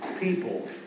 people